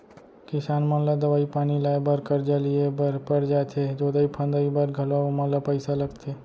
किसान मन ला दवई पानी लाए बर करजा लिए बर पर जाथे जोतई फंदई बर घलौ ओमन ल पइसा लगथे